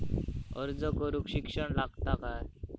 अर्ज करूक शिक्षण लागता काय?